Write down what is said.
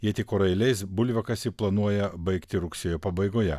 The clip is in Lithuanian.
jei tik orai leis bulviakasį planuoja baigti rugsėjo pabaigoje